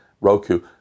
Roku